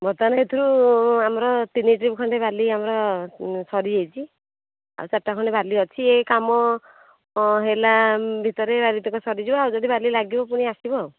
ବର୍ତ୍ତମାନ ସେଥିରୁ ଆମର ତିନି ଟ୍ରିପ୍ ଖଣ୍ଡେ ବାଲି ଆମର ସରିଯାଇଛି ଆଉ ଚାରିଟା ଖଣ୍ଡେ ବାଲି ଅଛି ଏ କାମ ହେଲା ଭିତରେ ଆଉ ଯେତେକ ସରିଯିବ ଆଉ ଯଦି ଲାଗିବ ପୁଣି ଆସିବ ଆଉ